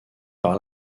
par